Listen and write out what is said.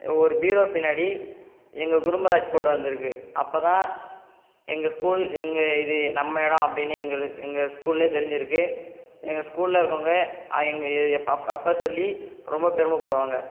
ஒரு பீரோ பின்னாடி எங்கள் குருமராஜ் போட்டோ இருந்துருக்குது அப்போ தான் எங்கள் ஸ்கூல் எங்கள் இது நம்ம இடம் அப்படின்னு எங்கள் எங்கள் ஸ்கூலில் தெரிஞ்சிருக்குது எங்கள் ஸ்கூலில் இருக்கவங்க எங்கள் அப்பப்போ சொல்லி ரொம்ப பெருமைப்படுவாங்க